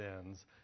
sins